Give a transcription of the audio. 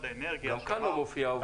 האנרגיה --- גם כאן לא מופיע הובלה.